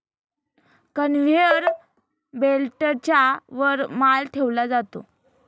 conveyor बेल्टच्या वर माल ठेवला जातो